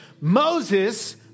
Moses